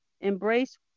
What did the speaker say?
Embrace